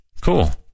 Cool